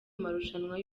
marushanwa